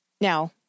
Now